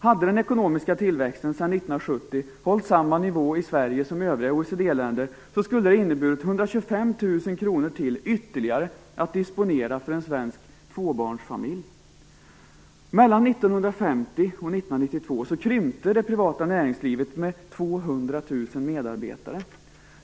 Hade den ekonomiska tillväxten sedan 1970 hållit samma nivå i Sverige som i övriga OECD länder skulle det ha inneburit 125 000 kr ytterligare att disponera för en svensk tvåbarnsfamilj. Mellan 1950 och 1992 krympte det privata näringslivet med 200 000 medarbetare.